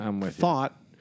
thought